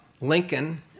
Lincoln